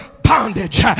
bondage